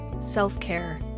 self-care